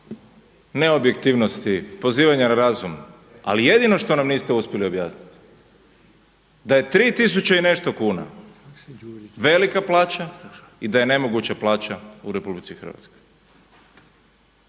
neobjektivnosti, pozivanja na razum, ali jedino što nam niste uspjeli objasniti da je tri tisuće i nešto kuna velika plaća i da je nemoguća plaća u RH.